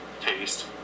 taste